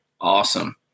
Awesome